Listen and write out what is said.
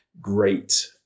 great